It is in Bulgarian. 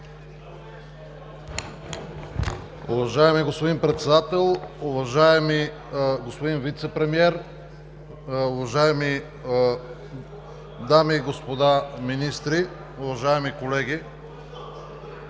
уважаеми господин Председател! Уважаеми господин Вицепремиер, уважаеми господа министри, уважаеми колеги!